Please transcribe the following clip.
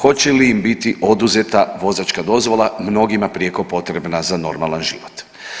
Hoće li im biti oduzeta vozačka dozvola, mnogima prijeko potrebna za normalan život?